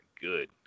good